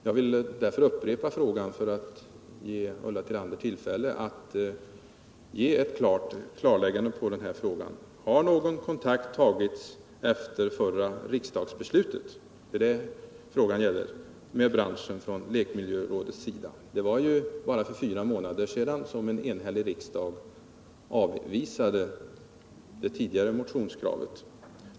Jag vill därför upprepa frågan för att ge henne tillfälle att lämna ett klart svar: Har lekmiljörådet efter förra riksdagsbeslutet tagit någon kontakt med branschen? Det var ju bara för fyra månader sedan en enhällig riksdag avvisade det tidigare motionskravet.